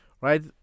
Right